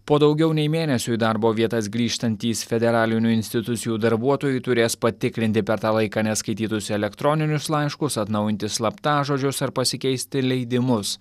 po daugiau nei mėnesio į darbo vietas grįžtantys federalinių institucijų darbuotojai turės patikrinti per tą laiką neskaitytus elektroninius laiškus atnaujinti slaptažodžius ar pasikeisti leidimus